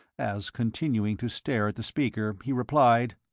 as, continuing to stare at the speaker, he replied